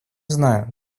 знаю